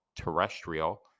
terrestrial